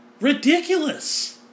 ridiculous